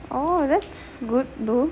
oh that's good though